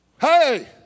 Hey